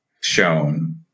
shown